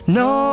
no